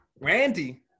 Randy